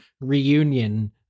reunion